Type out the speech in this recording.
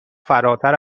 فراتر